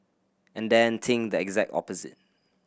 and then think the exact opposite